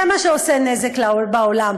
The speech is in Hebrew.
זה מה שעושה נזק בעולם,